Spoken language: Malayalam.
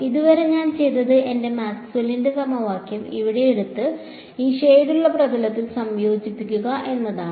ഇതുവരെ ഞാൻ ചെയ്തത് എന്റെ മാക്സ്വെല്ലിന്റെ സമവാക്യംMaxwell's Equation ഇവിടെ എടുത്ത് ഈ ഷേഡുള്ള പ്രതലത്തിൽ സംയോജിപ്പിക്കുക എന്നതാണ്